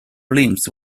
limbs